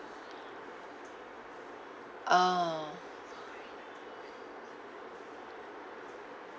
ah